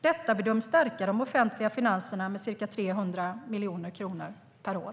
Detta bedöms stärka de offentliga finanserna med ca 300 miljoner kronor per år.